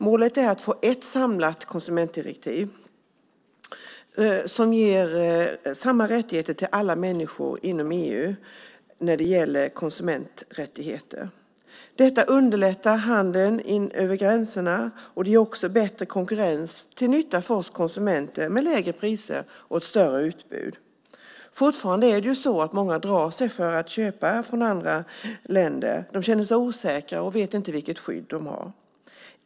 Målet är att få ett samlat konsumentdirektiv som ger samma konsumenträttigheter till alla människor inom EU. Detta underlättar handeln över gränserna. Det ger också bättre konkurrens till nytta för oss konsumenter med lägre priser och ett större utbud. Fortfarande är det så att många drar sig för att köpa från andra länder. De känner sig osäkra och vet inte vilket skydd de har.